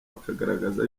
akagaragaza